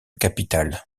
capitale